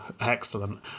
Excellent